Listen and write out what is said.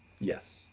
Yes